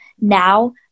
now